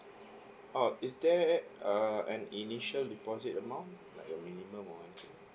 orh is there err an initial deposit amount like a minimum or anything